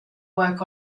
work